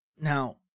Now